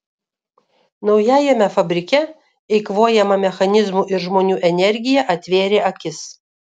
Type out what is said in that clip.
naujajame fabrike eikvojama mechanizmų ir žmonių energija atvėrė akis